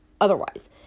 otherwise